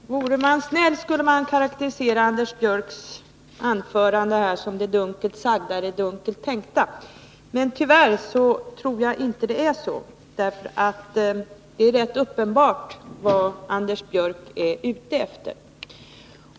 Herr talman! Vore man snäll skulle man karakterisera Anders Björcks anförande här med uttrycket det dunkelt sagda är det dunkelt tänkta. Men tyvärr tror jag inte att det är så. Det är alldeles uppenbart vad Anders Björck är ute efter.